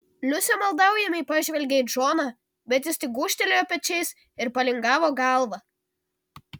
liusė maldaujamai pažvelgė į džoną bet jis tik gūžtelėjo pečiais ir palingavo galvą